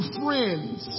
friends